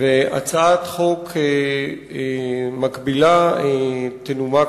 והצעת חוק מקבילה תנומק,